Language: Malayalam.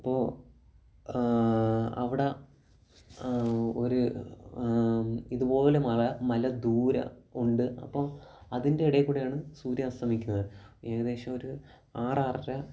അപ്പോൾ അവിടെ ഒരു ഇതുപോലെ മഴ മല ദൂരെ ഉണ്ട് അപ്പം അതിൻ്റെ ഇടയിൽക്കൂടിയാണ് സൂര്യൻ അസ്തമിക്കുന്നത് ഏകദേശമൊരു ആറ് ആറര